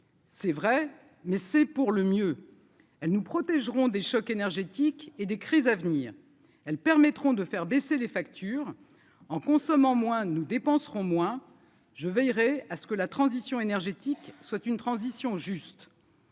c'est vrai, mais c'est pour le mieux, elle nous protégerons des chocs énergétiques et des crises à venir, elles permettront de faire baisser les factures en consommant moins nous dépenserons moins je veillerai à ce que la transition énergétique soit une transition juste.